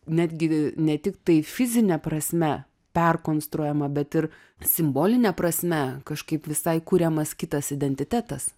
netgi ne tiktai fizine prasme perkonstruojama bet ir simboline prasme kažkaip visai kuriamas kitas identitetas